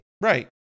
Right